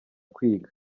kwiga